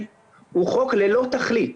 הוא חוק ללא תכלית.